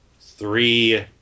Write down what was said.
Three